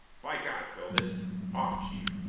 by god. phil! this off, chief!